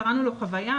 קראנו לו חוויה,